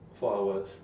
four hours